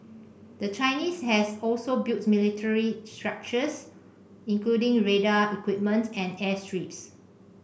the Chinese has also built military structures including radar equipment and airstrips